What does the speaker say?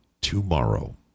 tomorrow